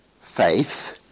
faith